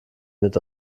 mit